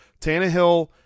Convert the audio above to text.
Tannehill